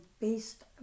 based